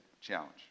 challenge